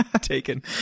Taken